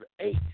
eight